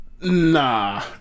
Nah